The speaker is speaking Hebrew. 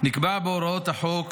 נקבע בהוראות החוק